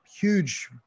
huge